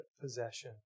possession